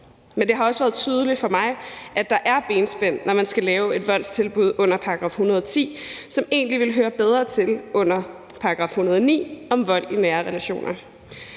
Men det har også været tydeligt for mig, at der er benspænd, når man skal lave et tilbud i forhold til vold under § 110, som egentlig ville høre bedre til under § 109 om vold i nære relationer,